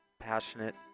passionate